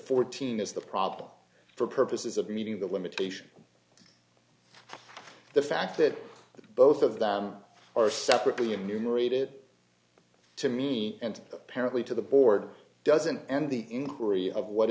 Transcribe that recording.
fourteen is the problem for purposes of meeting the limitation the fact that both of them are separately and numerate it to me and apparently to the board doesn't end the inquiry of what